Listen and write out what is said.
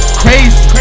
crazy